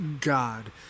God